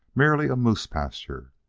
merely a moose pasture,